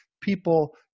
people